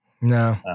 No